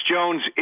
Jones